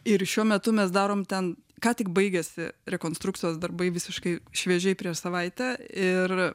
ir šiuo metu mes darom ten ką tik baigėsi rekonstrukcijos darbai visiškai šviežiai prieš savaitę ir